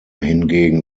hingegen